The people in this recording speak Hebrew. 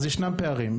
אז ישנם פערים.